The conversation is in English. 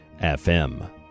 FM